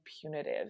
punitive